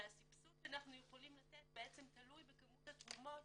והסבסוד שאנחנו יכולים לתת תלוי בכמות התרומות